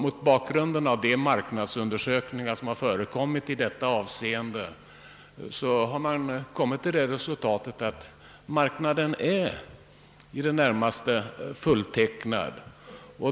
Vid de marknadsundersökningar som gjorts i detta avseende har man kommit till resultatet att marknaden är i det närmaste fulltecknad.